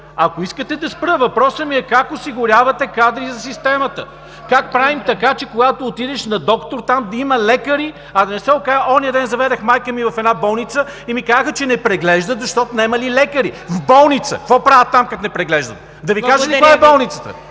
Ако искате, да спра?! Въпросът ми е: как осигурявате кадри за системата? Как правим така, че когато отидеш на доктор, там да има лекари, а да не се окаже… Онзи ден заведох майка ми в една болница и ми казаха, че не преглеждат, защото нямали лекари. В болница! Какво правят там, като не преглеждат? Да Ви кажа ли коя е болницата?!